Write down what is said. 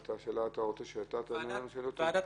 ועדת